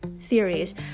theories